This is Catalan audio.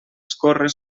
escórrer